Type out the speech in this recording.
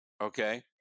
okay